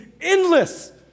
endless